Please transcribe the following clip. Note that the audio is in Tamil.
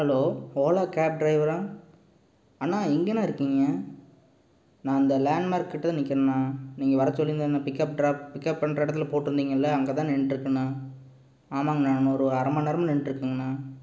ஹலோ ஓலா கேப் ட்ரைவரா அண்ணா எங்கண்ணா இருக்கீங்கள் நான் இந்த லேண்ட்மார்க்கிட்டதான் நிற்குறேண்ணா நீங்கள் வர சொல்லியிருந்த அந்த பிக்கப் ட்ராப் பிக்கப் பண்ணுற இடத்துல போட்டிருந்தீங்கள்ல அங்கே தான் நின்றுக்கேண்ணா ஆமாங்கண்ணா ஒரு அரை மணிநேரமா நின்றுட்டு இருக்கேங்கண்ணா